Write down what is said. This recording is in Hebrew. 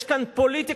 יש כאן פוליטיקה